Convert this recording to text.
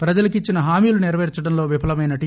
ప్రజలకిచ్చిన హామీలు సెరపేర్చడంలో విఫలమైన టి